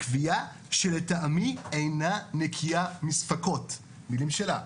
קביעה שלטעמי אינה נקיה מספקות" מילים שלה.